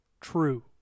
true